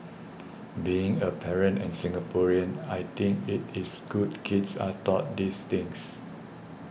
being a parent and Singaporean I think it is good kids are taught these things